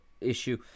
issue